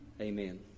amen